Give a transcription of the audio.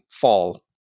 fall